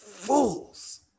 Fools